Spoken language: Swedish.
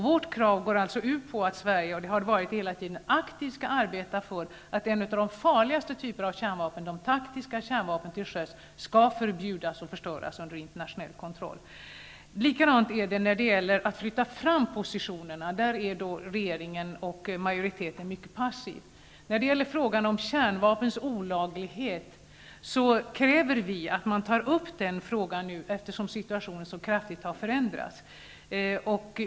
Vårt krav går ut på, och har hela tiden gjort det, att Sverige aktivt skall arbeta för att en av de farligaste typerna av kärnvapen, de taktiska kärnvapnen till sjöss, skall förbjudas och förstöras under internationell kontroll. Likadant är det när det gäller att flytta fram positionerna. Där är regeringen och majoriteten mycket passiv. När det gäller frågan om kärnvapens olaglighet kräver vi att man tar upp den frågan nu, eftersom situationen har förändrats så kraftigt.